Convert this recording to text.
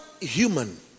human